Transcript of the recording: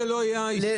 יש לי שאלה אליכם,